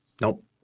nope